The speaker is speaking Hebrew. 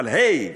אבל היי,